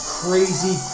crazy